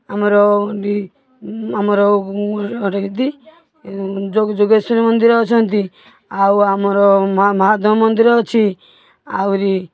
ଆମର ଆମର ଯୋଗେଶ୍ବରୀ ମନ୍ଦିର ଅଛନ୍ତି ଆଉ ଆମର ମହାଦେବ ମନ୍ଦିର ଅଛି ଆହୁରି